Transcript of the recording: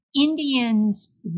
Indians